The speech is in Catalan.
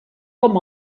com